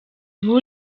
ubu